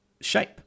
shape